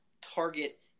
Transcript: Target